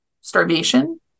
starvation